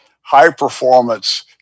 high-performance